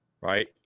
right